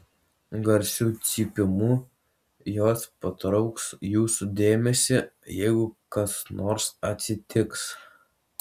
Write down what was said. garsiu cypimu jos patrauks jūsų dėmesį jeigu kas nors atsitiks